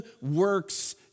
works